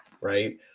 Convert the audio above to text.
right